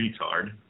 retard